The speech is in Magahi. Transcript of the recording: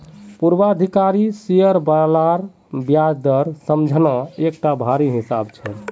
पूर्वाधिकारी शेयर बालार ब्याज दर समझना एकटा भारी हिसाब छै